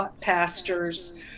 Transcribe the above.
pastors